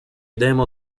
demo